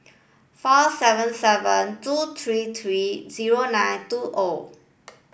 four seven seven two three three zero nine two O